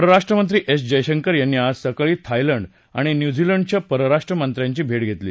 परराष्ट्रमंत्री एस जयशंकर यांनी आज सकाळी थायलंड आणि न्यूझीलंडच्या परराष्ट्र मंत्र्यांची भेट घेतली